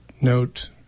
note